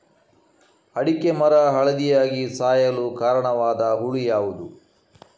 ಅಡಿಕೆ ಮರ ಹಳದಿಯಾಗಿ ಸಾಯಲು ಕಾರಣವಾದ ಹುಳು ಯಾವುದು?